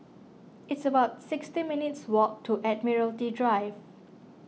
it's about sixty minutes' walk to Admiralty D drive